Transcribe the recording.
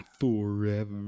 Forever